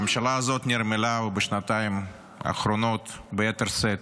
הממשלה הזאת נרמלה, ובשנתיים האחרונות ביתר שאת,